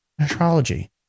astrology